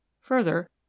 Further